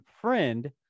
friend